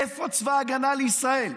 איפה צבא ההגנה לישראל?